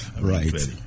Right